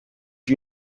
you